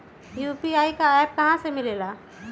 UPI का app कहा से मिलेला?